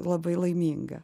labai laiminga